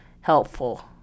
helpful